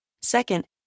Second